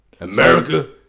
America